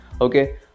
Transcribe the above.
okay